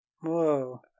Whoa